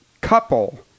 couple